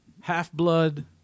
Half-Blood